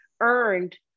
earned